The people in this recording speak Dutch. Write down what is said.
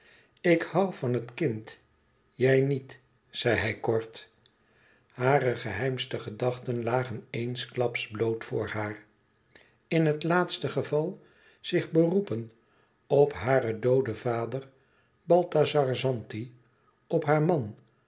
ik hoû van het kind jij niet zei hij kort hare geheimste gedachten lagen eensklaps bloot voor haar in het laatste geval zich beroepen op haren dooden vader balthazar zanti op haar man